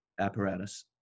apparatus